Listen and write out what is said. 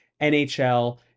NHL